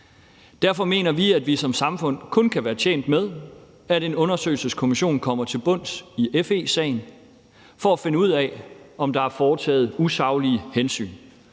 Derfor mener vi, at vi som samfund kun kan være tjent med, at en undersøgelseskommission kommer til bunds i FE-sagen for at finde ud af, om der er foretaget usaglige hensyn.